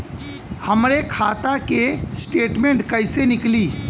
हमरे खाता के स्टेटमेंट कइसे निकली?